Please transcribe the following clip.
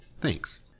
Thanks